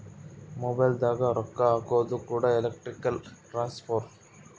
mobile ದಾಗ ರೊಕ್ಕ ಹಾಕೋದು ಕೂಡ ಎಲೆಕ್ಟ್ರಾನಿಕ್ ಟ್ರಾನ್ಸ್ಫರ್